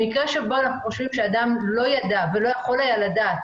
במקרה שבו אנו חושבים שאדם לא ידע ולא יכול היה לדעת,